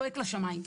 זועק לשמים.